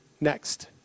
next